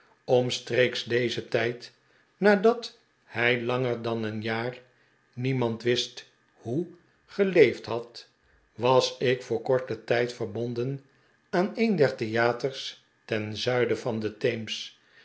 omstreeks dezen tijd nadat hij langer dan een jaar niemand wist hoe geleefd had was ik voor korten tijd verbonden aan een der theaters ten zuiden van de theems